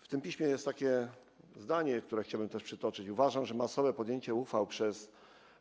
W tym piśmie jest takie zdanie, które chciałbym przytoczyć: uważam, że masowe podjęcie uchwał przez